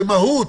זה מהות.